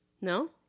No